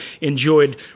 enjoyed